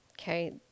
okay